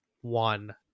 one